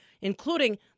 including